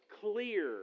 clear